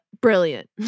Brilliant